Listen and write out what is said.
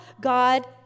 God